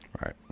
right